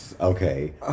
Okay